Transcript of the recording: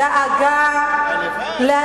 החלטת הממשלה, אז היתה החלטת ממשלה.